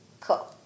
Cool